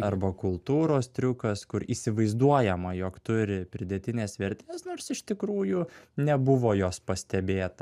arba kultūros triukas kur įsivaizduojama jog turi pridėtinės vertės nors iš tikrųjų nebuvo jos pastebėta